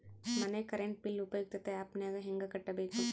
ಮನೆ current bill ಉಪಯುಕ್ತತೆ app ನಾಗ ಹೆಂಗ ಕಟ್ಟಬೇಕು?